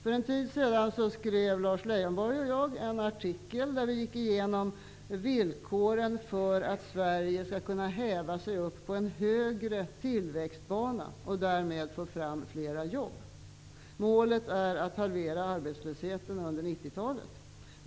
För en tid sedan skrev Lars Leijonborg och jag en artikel där vi gick igenom villkoren för att Sverige skall kunna häva sig upp på en högre tillväxtbana och därmed få fram fler jobb. Målet är att halvera arbetslösheten under 1990-talet.